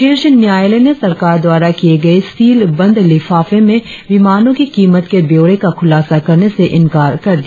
शीर्ष न्यायालय ने सरकार द्वारा किए गए सील बंद लिफाफे में विमानों की कीमत के ब्यौरे का खुलासा करने से इंकार कर दिया